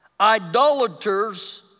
idolaters